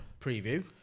preview